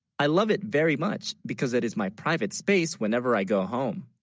i love it very much because it is my private space whenever i go home